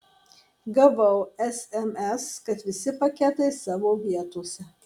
gavau sms kad visi paketai savo vietose